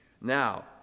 Now